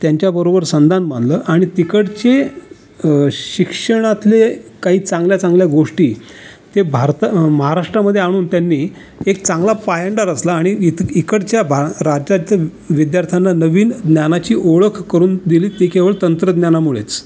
त्यांच्याबरोबर संधान बांधलं आणि तिकडचे शिक्षणातले काही चांगल्या चांगल्या गोष्टी ते भारता महाराष्ट्रामध्ये आणून त्यांनी एक चांगला पायंडा रचला आणि इत इकडच्या भार राज्यात जे विद्यार्थ्यांना नवीन ज्ञानाची ओळख करून दिली ती केवळ तंत्रज्ञानामुळेच